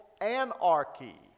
anarchy